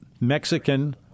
mexican